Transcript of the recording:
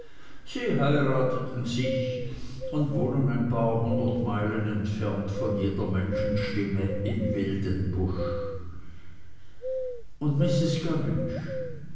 sie heirateten sich und wohnen ein paar hundert meilen entfernt von jeder menschenstimme im wilden busch und mrs gummidge